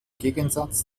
gegensatz